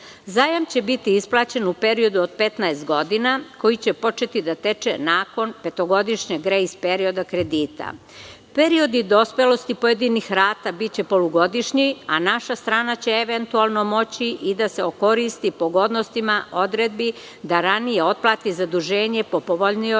nivou. Zajam će biti isplaćen u periodu od 15 godina, koji će početi da teče nakon petogodišnjeg grejs perioda kredita. Period dospelosti pojedinih rata biće polugodišnji, a naša strana će eventualno moći i da se koristi pogodnostima odredbi da ranije otplati zaduženje po povoljnijoj